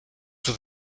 for